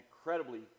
incredibly